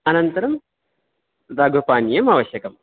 अनन्तरं लघुपानीयम् आवश्यकम्